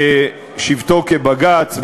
בשבתו כבג"ץ,